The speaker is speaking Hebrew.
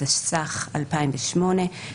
התשס"ח-2008,